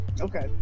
Okay